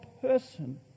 person